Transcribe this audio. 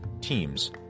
teams